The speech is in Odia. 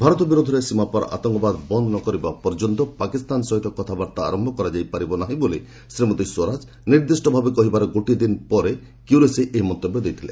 ଭାରତ ବିରୁଦ୍ଧରେ ସୀମାପାର ଆତଙ୍କବାଦ ବନ୍ଦ ନ କରିବା ପର୍ଯ୍ୟନ୍ତ ପାକିସ୍ତାନ ସହିତ କଥାବାର୍ତ୍ତା ଆରମ୍ଭ କରାଯାଇ ପାରିବ ନାହିଁ ବୋଲି ଶ୍ରୀମତୀ ସ୍ୱରାଜ ନିର୍ଦ୍ଦିଷ୍ଟ ଭାବେ କହିବାର ଗୋଟିଏ ଦିନ ପରେ କ୍ୟୁରେସି ଏହି ମନ୍ତବ୍ୟ ଦେଇଛନ୍ତି